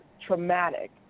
traumatic